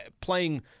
playing